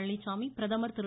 பழனிச்சாமி பிரதமர் திரு